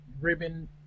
ribbon